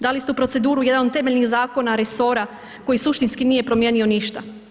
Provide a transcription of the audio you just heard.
Dali ste u proceduru jedan od temeljnih resora koji suštinski nije promijenio ništa.